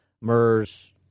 MERS